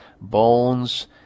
bones